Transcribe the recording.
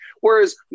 Whereas